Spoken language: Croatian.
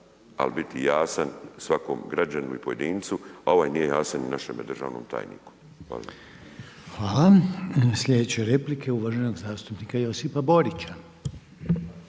al biti jasan svakom građaninu i pojedincu. A ovaj nije jasan ni našeme državnom tajniku. Hvala. **Reiner, Željko (HDZ)** Hvala. Sljedeća replika je uvaženog zastupnika Josipa Borić.